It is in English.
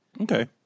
Okay